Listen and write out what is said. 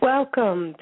Welcome